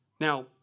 Now